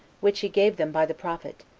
which he gave them by the prophet,